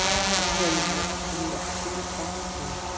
my swollen lips wouldn't let a single sound through.